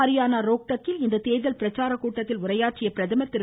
ஹரியானா ரோஹ்டக்கில் இன்று தேர்தல் பிரச்சார கூட்டத்தில் உரையாற்றிய பிரதமர் திரு